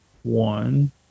one